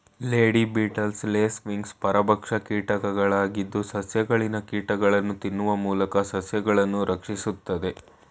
lady beetles, lacewings ಪರಭಕ್ಷ ಕೀಟಗಳಾಗಿದ್ದು, ಸಸ್ಯಗಳಲ್ಲಿನ ಕೀಟಗಳನ್ನು ತಿನ್ನುವ ಮೂಲಕ ಸಸ್ಯಗಳನ್ನು ರಕ್ಷಿಸುತ್ತದೆ